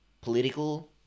political